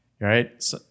right